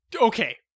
Okay